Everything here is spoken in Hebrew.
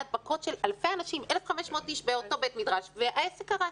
הדבקות של אלפי אנשים 1,500 איש באותו בית מדרש והעסק קרס.